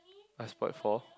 I spoilt four